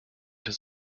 his